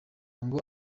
ngo